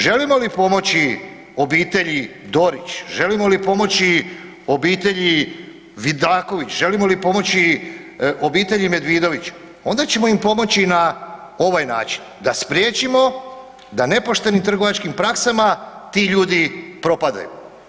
Želimo li pomoći obitelji Dorić, želimo li pomoći obitelji Vidaković, želimo li pomoći obitelji Medvidović onda ćemo im pomoći na ovaj način, da spriječimo da nepoštenim trgovačkim praksama ti ljudi propadaju.